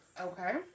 okay